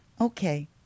Okay